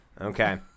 Okay